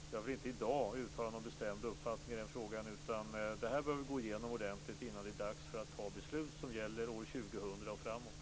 Så jag vill inte i dag uttala någon bestämd uppfattning i den frågan. Det här bör vi gå igenom ordentligt innan det är dags att fatta beslut som gäller år 2000 och framåt.